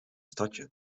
stadje